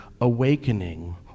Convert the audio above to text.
awakening